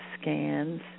scans